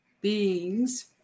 beings